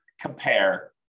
compare